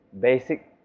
basic